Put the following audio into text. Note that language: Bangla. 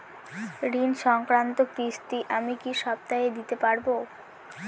ঋণ সংক্রান্ত কিস্তি আমি কি সপ্তাহে দিতে পারবো?